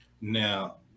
now